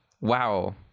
Wow